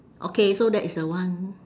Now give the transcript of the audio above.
okay so that is the one